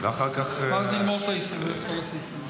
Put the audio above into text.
ואז נגמור את כל הסעיפים.